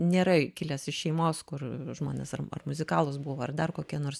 nėra kilęs iš šeimos kur žmonės ar ar muzikalūs buvo ar dar kokie nors